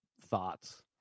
thoughts